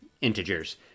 integers